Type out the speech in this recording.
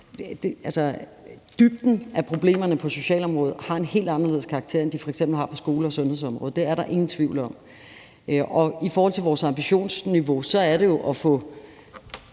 dybden af problemerne på socialområdet har en helt anden karakter, end de f.eks. har på skole- og sundhedsområdet. Det er der ingen tvivl om. I forhold til vores ambitionsniveau er det jo at komme